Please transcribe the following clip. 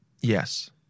Yes